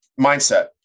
Mindset